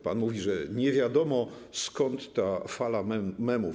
Pan mówi, że nie wiadomo, skąd ta fala memów.